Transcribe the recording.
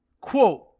Quote